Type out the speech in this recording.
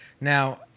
Now